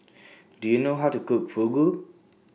Do YOU know How to Cook Fugu